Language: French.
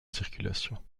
circulation